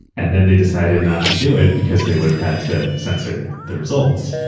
and then they decided not to do it because they would have had to censor the results.